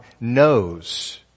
knows